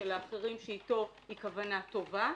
ושל האחרים שאתו היא כוונה טובה.